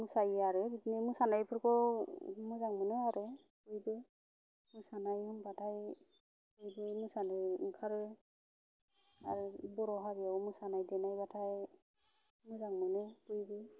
मोसायो आरो बिदिनो मोसानायफोरखौ मोजां मोनो आरो बयबो मोसानाय होनबाथाय बयबो मोसानो ओंखारो आरो बर' हारिआव मोसानाय देनाय बाथाय मोजां मोनो बयबो